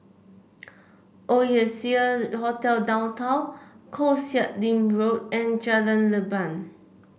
Oasia Hotel Downtown Koh Sek Lim Road and Jalan Leban